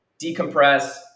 decompress